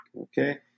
Okay